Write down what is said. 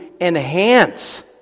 enhance